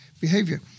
behavior